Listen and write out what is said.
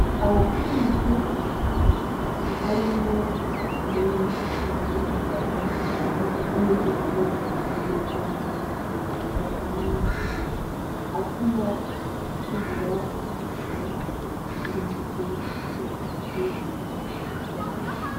Abahinzi harimo abagore ndetse n'abagabo n'imbuto zitwa amapapayi ,atuma tugira ubuzima buzira umuze bigatuma twirinda indwara.